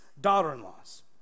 daughter-in-laws